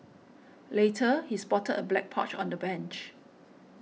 later he spotted a black pouch on the bench